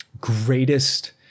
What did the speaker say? greatest